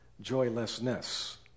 joylessness